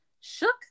shook